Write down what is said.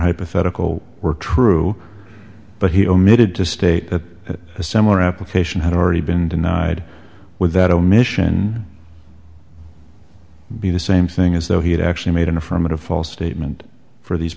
hypothetical were true but he omitted to state that the summer application had already been denied with that omission be the same thing as though he had actually made an affirmative false statement for these